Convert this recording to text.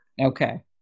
Okay